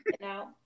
now